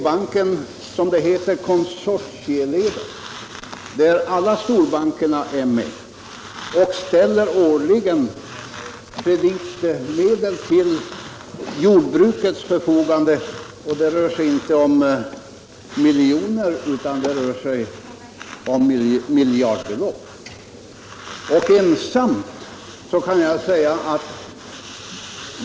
Banken ingår i ett konsortium där alla storbankerna är med och ställer årligen kreditmedel till jordbrukets förfogande. Och det rör sig inte om miljoner, utan det rör sig om miljardbelopp.